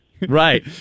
Right